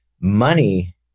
money